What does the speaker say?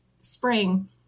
spring